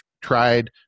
tried